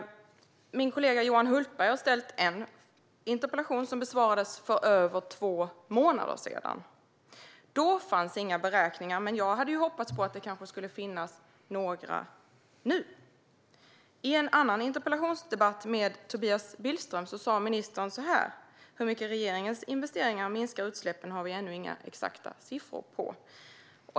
Min kollega Johan Hultberg har ställt en interpellation, som besvarades för över två månader sedan. Då fanns inga beräkningar, men jag hade hoppats att det kanske skulle finnas några nu. I en annan interpellationsdebatt med Tobias Billström sa ministern: Hur mycket regeringens investeringar minskar utsläppen har vi ännu inga exakta siffror på.